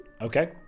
Okay